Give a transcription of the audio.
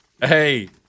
hey